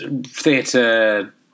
theatre